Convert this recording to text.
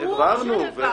ברור שהעברנו.